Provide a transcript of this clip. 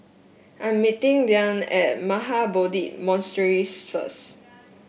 I'm meeting Diann at Mahabodhi Monastery first